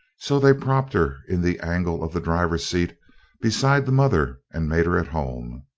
so they propped her in the angle of the driver's seat beside the mother and made her at home.